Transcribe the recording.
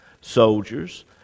soldiers